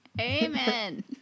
Amen